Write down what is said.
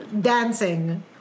dancing